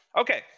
Okay